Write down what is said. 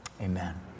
amen